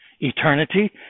Eternity